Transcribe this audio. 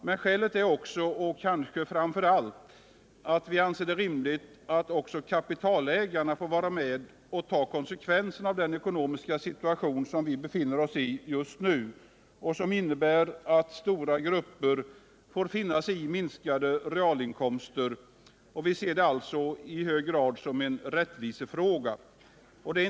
Men skälet är också — och kanske framför allt — att vi anser det rimligt att också kapitalägarna får vara med och ta konsekvenserna av den ekonomiska situation som vi befinner oss i just nu, och som innebär att stora grupper får finna sig i minskade realinkomster. Vi ser det alltså i hög grad som en rättvisefråga.